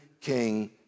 king